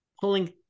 pulling